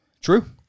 True